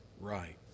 right